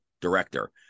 director